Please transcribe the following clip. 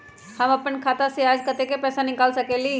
हम अपन खाता से आज कतेक पैसा निकाल सकेली?